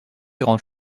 grande